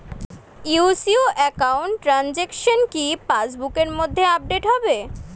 UCO account transaction কি পাস বুকের মধ্যে আপডেট হবে?